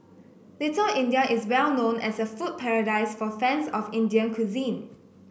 Little India is well known as a food paradise for fans of Indian cuisine